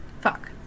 Fuck